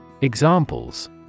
Examples